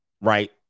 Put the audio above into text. right